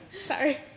Sorry